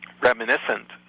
reminiscent